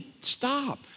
stop